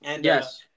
Yes